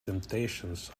temptations